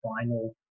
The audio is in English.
final